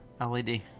LED